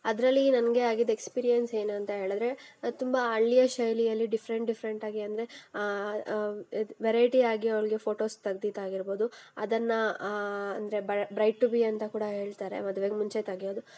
ಅದ್ರಲ್ಲಿ ನನಗೆ ಆಗಿದ್ದು ಎಕ್ಸ್ಪೀರಿಯೆನ್ಸ್ ಏನು ಅಂತ ಹೇಳಿದರೆ ತುಂಬ ಹಳ್ಳಿಯ ಶೈಲಿಯಲ್ಲಿ ಡಿಫ್ರೆಂಟ್ ಡಿಫ್ರೆಂಟ್ ಆಗಿ ಅಂದರೆ ವೆರೈಟಿ ಆಗಿ ಅವಳಿಗೆ ಫೋಟೋಸ್ ತೆಗೆದಿದ್ದು ಆಗಿರ್ಬೋದು ಅದನ್ನು ಅಂದರೆ ಬ್ರೈಡ್ ಟು ಬಿ ಅಂತ ಕೂಡ ಹೇಳ್ತಾರೆ ಮದುವೆಗೆ ಮುಂಚೆ ತಗೆಯೋದು